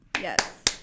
Yes